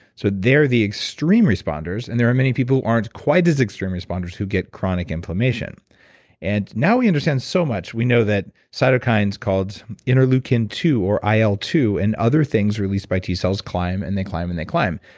so they're the extreme responders and there are many people who aren't quite as extreme responders who get chronic inflammation and now we understand so much. we know that cytokines called interleukin two, two, or i l two, and other things released by t cells, climb, and they climb, and they climb.